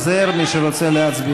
חוק-יסוד: הממשלה (תיקון מס' 6) התקבל.